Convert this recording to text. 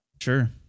Sure